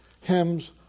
Hymns